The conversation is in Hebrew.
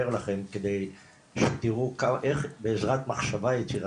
לכם כדי שתיראו איך בעזרת מחשבה יצירתית,